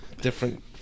different